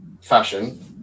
fashion